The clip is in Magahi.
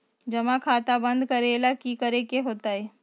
जमा खाता बंद करे ला की करे के होएत?